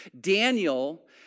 Daniel